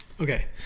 Okay